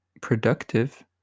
productive